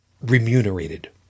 remunerated